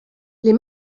les